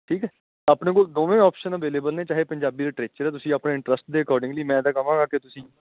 ਠੀਕ ਹੈ ਆਪਣੇ ਕੋਲ ਦੋਵੇਂ ਆਪਸ਼ਨ ਅਵੇਲੇਬਲ ਨੇ ਚਾਹੇ ਪੰਜਾਬੀ ਲਿਟਰੇਚਰ ਹੈ ਤੁਸੀਂ ਆਪਣੇ ਇੰਟਰਸਟ ਦੇ ਅਕੋਡਿੰਗਲੀ ਮੈਂ ਤਾਂ ਕਵਾਂਗਾ ਕਿ ਤੁਸੀਂ